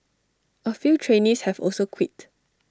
A few trainees have also quit